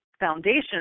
foundation